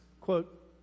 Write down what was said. quote